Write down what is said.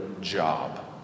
job